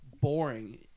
boring